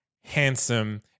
handsome